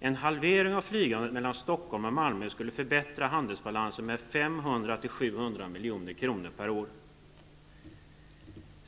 En halvering av flygandet mellan Stockholm och Malmö skulle förbättra handelsbalansen med 500--700 milj.kr. per år.